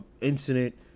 incident